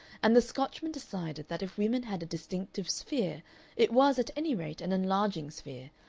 and the scotchman decided that if women had a distinctive sphere it was, at any rate, an enlarging sphere,